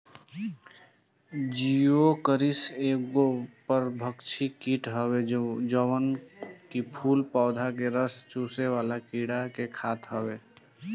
Geocoris एगो परभक्षी कीट हवे जवन की फूल पौधा के रस चुसेवाला कीड़ा के खात हवे